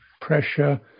pressure